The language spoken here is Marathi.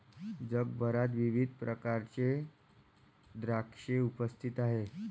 जगभरात विविध प्रकारचे द्राक्षे उपस्थित आहेत